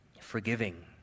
forgiving